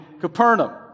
Capernaum